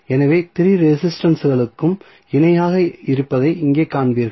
எனவே 3 ரெசிஸ்டன்ஸ்களும் இணையாக இருப்பதை இங்கே காண்பீர்கள்